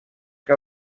que